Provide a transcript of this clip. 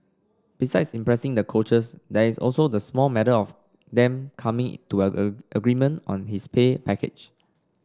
besides impressing the coaches there is also the small matter of them coming to a a agreement on his pay package